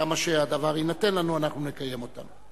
כמה שהדבר יינתן לנו, אנחנו נקיים אותן.